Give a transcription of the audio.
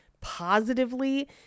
positively